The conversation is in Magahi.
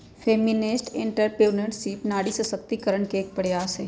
फेमिनिस्ट एंट्रेप्रेनुएरशिप नारी सशक्तिकरण के एक प्रयास हई